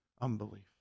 unbelief